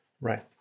Right